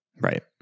Right